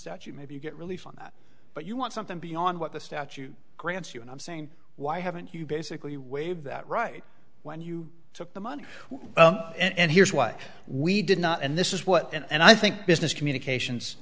statute maybe you get relief on that but you want something beyond what the statute grants you and i'm saying why haven't you basically waive that right when you took the money and here's what we did not and this is what and i think business communications